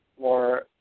more